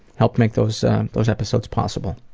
helped make those those episodes possible